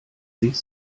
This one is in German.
sich